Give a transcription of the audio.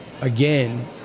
again